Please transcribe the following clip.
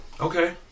Okay